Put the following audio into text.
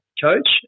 coach